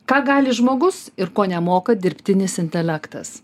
ką gali žmogus ir ko nemoka dirbtinis intelektas